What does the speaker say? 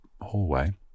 hallway